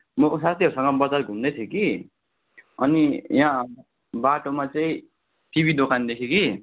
म साथीहरूसँग बजार घुम्दै थिएँ कि अनि यहाँ बाटोमा चाहिँ टिभी दोकान देखेँ कि